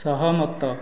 ସହମତ